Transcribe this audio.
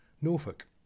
Norfolk